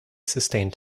sustained